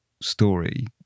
story